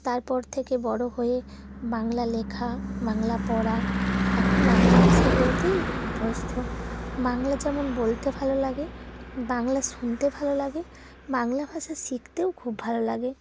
তারপর থেকে বড় হয়ে বাংলা লেখা বাংলা পড়া এখন বাংলা ভাষা বলতেই অভ্যস্ত বাংলা যেমন বলতে ভালো লাগে বাংলা শুনতে ভালো লাগে বাংলা ভাষা শিখতেও খুব ভালো লাগে